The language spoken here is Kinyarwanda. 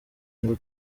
ngo